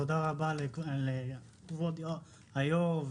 תודה רבה לכבוד היושב-ראש,